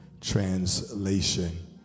Translation